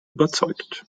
überzeugt